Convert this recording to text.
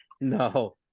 No